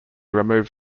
removed